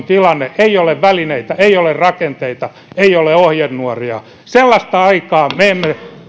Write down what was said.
tilanne ei ole välineitä ei ole rakenteita ei ole ohjenuoria sellaista aikaa me emme